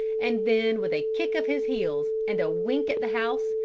and then with a kick of his heels, and a wink at the house,